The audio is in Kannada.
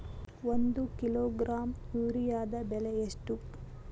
ಒಂದು ಕಿಲೋಗ್ರಾಂ ಯೂರಿಯಾದ ಬೆಲೆ ಎಷ್ಟು?